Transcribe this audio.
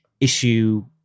issue